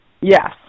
Yes